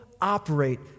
operate